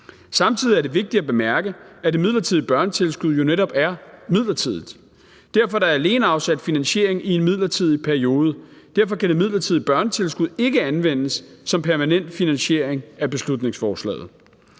Samtidig er det vigtigt at bemærke, at det midlertidige børnetilskud jo netop er midlertidigt. Derfor er der alene afsat finansiering i en midlertidig periode, og derfor kan det midlertidige børnetilskud ikke anvendes som permanent finansiering af beslutningsforslaget.